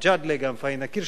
גם פניה קירשנבאום,